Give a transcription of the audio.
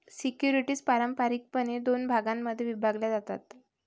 securities पारंपारिकपणे दोन भागांमध्ये विभागल्या जातात